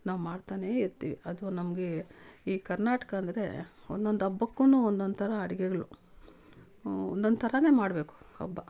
ನಾವು ಮಾಡ್ತಾನೆ ಇರ್ತೀವಿ ಅದು ನಮಗೆ ಈ ಕರ್ನಾಟಕ ಅಂದರೆ ಒಂದೊಂದು ಹಬ್ಬಕ್ಕು ಒಂದೊಂದು ಥರ ಅಡಿಗೆಗ್ಳು ಒಂದೊಂದು ಥರಾ ಮಾಡಬೇಕು ಹಬ್ಬ